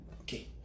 Okay